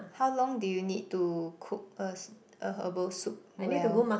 how long do you need to cook us a herbal soup well